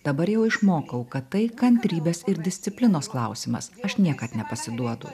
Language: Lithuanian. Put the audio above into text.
dabar jau išmokau kad tai kantrybės ir disciplinos klausimas aš niekad nepasiduodu